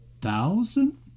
thousand